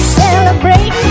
celebrate